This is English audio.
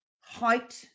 height